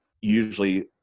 Usually